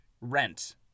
rent